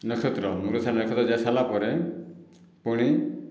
ନକ୍ଷେତ୍ର ମୃଗଶିରା ନକ୍ଷେତ୍ର ଯାଇ ସାରିଲା ପରେ ପୁଣି